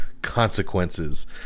Consequences